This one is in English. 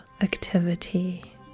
activity